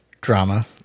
drama